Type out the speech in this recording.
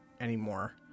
anymore